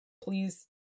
Please